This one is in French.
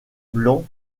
blancs